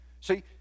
See